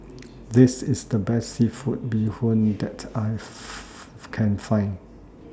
This IS The Best Seafood Bee Hoon that I Can Find